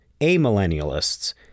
amillennialists